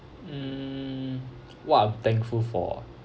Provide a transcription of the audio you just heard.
mm what I'm thankful for